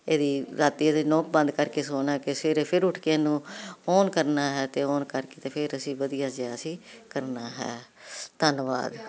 ਇਹਦੀ ਰਾਤੀਂ ਇਹਦੀ ਨੋਬ ਬੰਦ ਕਰਕੇ ਸੋਣਾ ਕਿ ਸਵੇਰੇ ਫਿਰ ਉੱਠ ਕੇ ਇਹਨੂੰ ਔਨ ਕਰਨਾ ਹੈ ਅਤੇ ਔਨ ਕਰਕੇ ਅਤੇ ਫਿਰ ਅਸੀਂ ਵਧੀਆ ਜਿਹਾ ਅਸੀਂ ਕਰਨਾ ਹੈ ਧੰਨਵਾਦ